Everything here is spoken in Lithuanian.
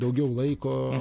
daugiau laiko